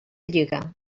lliga